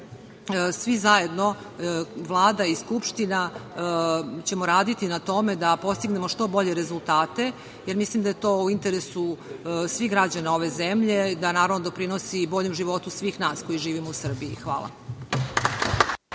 svi zajedno, Vlada i Skupština ćemo raditi na tome da postignemo što bolje rezultate, jer mislim da je to u interesu svih građana ove zemlje, da naravno doprinosi i boljem životu svih nas koji živimo u Srbiji. Hvala.